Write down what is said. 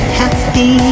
happy